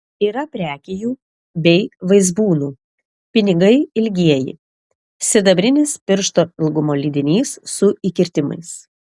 yra prekijų bei vaizbūnų pinigai ilgieji sidabrinis piršto ilgumo lydinys su įkirtimais